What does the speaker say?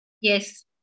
yes